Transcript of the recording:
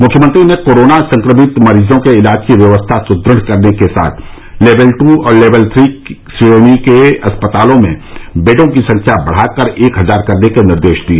मुख्यमंत्री ने कोरोना संक्रमित मरीजो के इलाज की व्यवस्था सुदढ़ करने के साथ लेवल टू और लेवल थ्री श्रेणी के अस्पतालों में बेडो की संख्या बढ़ाकर एक हजार करने के निर्देश दिए